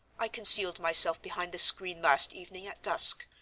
i concealed myself behind the screen last evening at dusk,